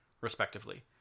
respectively